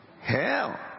hell